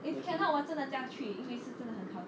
if cannot 我真的驾去因为是真的很靠近